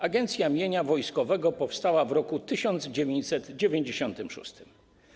Agencja Mienia Wojskowego powstała w roku 1996.